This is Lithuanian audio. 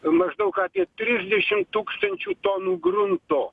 maždaug apie trisdešim tūkstančių tonų grunto